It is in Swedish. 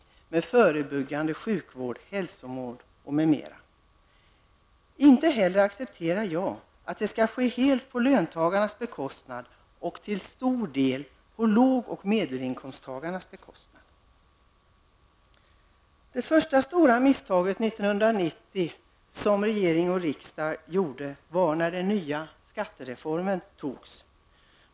Det gäller då den förebyggande sjukvården, hälsovården osv. Inte heller accepterar jag att detta skall ske helt på löntagarnas bekostnad, och då till stor del på lågoch medelinkomsttagarnas bekostnad. Det första stora misstag som regeringen och riksdagen gjorde 1990 var antagandet av den nya skattereformen.